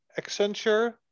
Accenture